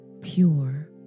pure